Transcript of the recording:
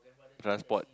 transport